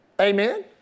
Amen